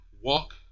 walk